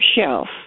shelf